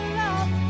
love